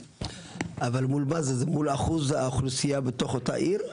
אבל מול מה זה, מול אחוז האוכלוסיה באותה עיר?